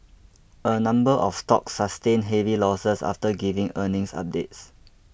a number of stocks sustained heavy losses after giving earnings updates